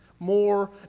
more